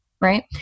Right